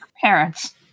Parents